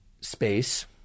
space